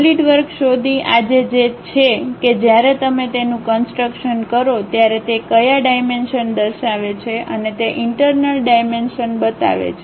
SolidWork શોધી આજે છે કે જ્યારે તમે તેનું કન્સટ્રક્શન કરો ત્યારે તે કયા ડાઇમેંશનદર્શાવે છે અને તે ઇન્ટર્નલ ડાઇમેંશન બતાવે છે